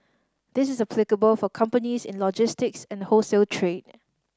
this is applicable for companies in logistics and wholesale trade